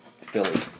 Philly